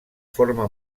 forma